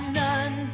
none